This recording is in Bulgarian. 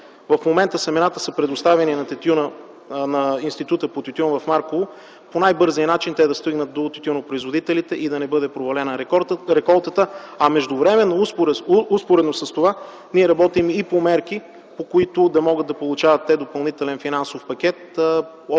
в момента семената са предоставени на Института по тютюн в Марково, по най-бързия начин те да стигнат до тютюнопроизводителите и да не бъде провалена реколтата. А междувременно, успоредно с това ние работим и по мерки, по които те да могат да получават допълнителен финансов пакет